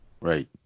Right